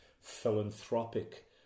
philanthropic